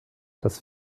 das